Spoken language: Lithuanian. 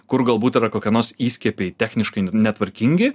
kur galbūt yra kokia nors įskiepiai techniškai netvarkingi